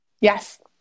Yes